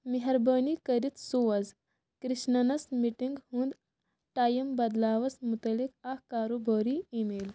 مہربٲنی کٔرِتھ سوز کرشننَس مِٹنگ ہُنٛد ٹایِم بدلاوَس مُتعلِق اکھ کاروبٲری ای میل